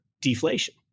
deflation